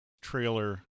trailer